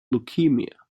leukaemia